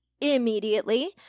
immediately